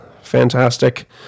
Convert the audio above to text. fantastic